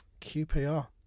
QPR